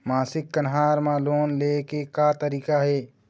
मासिक कन्हार म लोन ले के का तरीका हे?